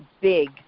big